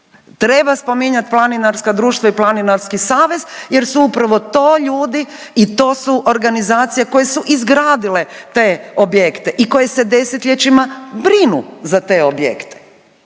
Treba spominjat planinarska društva i Planinarski savez jer su upravo to ljudi i to su organizacije koje su izgradile te objekte i koje se desetljećima brinu za te objekte.